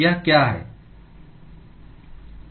यह क्या है